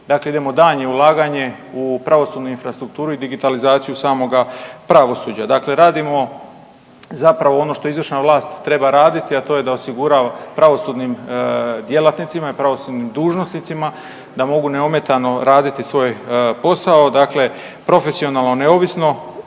dakle idemo daljnje ulaganje u pravosudnu infrastrukturu i digitalizaciju samoga pravosuđa. Dakle radimo zapravo ono što izvršna vlast treba raditi, a to je da osigura pravosudnim djelatnicima i pravosudnim dužnosnicima mogu neometano raditi svoj posao, dakle profesionalno, neovisno,